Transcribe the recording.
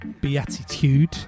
Beatitude